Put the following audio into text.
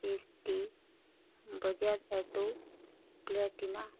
S T Bajaj auto Platina